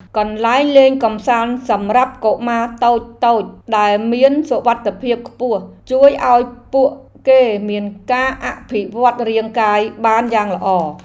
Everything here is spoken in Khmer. កន្លែងលេងកម្សាន្តសម្រាប់កុមារតូចៗដែលមានសុវត្ថិភាពខ្ពស់ជួយឱ្យពួកគេមានការអភិវឌ្ឍរាងកាយបានយ៉ាងល្អ។